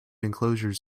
enclosures